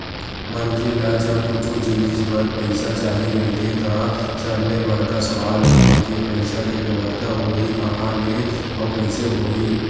मनखे ल जब कुछु जिनिस बर पइसा चाही रहिथे त सबले बड़का सवाल उठथे के पइसा के बेवस्था होही काँहा ले अउ कइसे होही